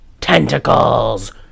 tentacles